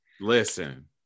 Listen